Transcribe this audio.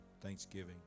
Thanksgiving